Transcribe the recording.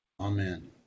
Amen